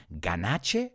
ganache